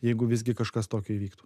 jeigu visgi kažkas tokio įvyktų